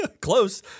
Close